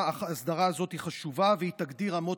ההסדרה הזאת היא חשובה והיא תגדיר אמות